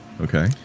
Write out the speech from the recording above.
okay